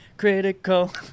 Critical